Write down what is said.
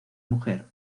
mujer